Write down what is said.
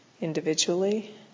individually